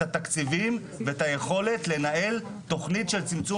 את התקציבים ואת היכולת לנהל תוכנית של צמצום